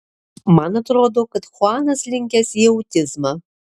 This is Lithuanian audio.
man atrodo kad chuanas linkęs į autizmą